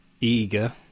eager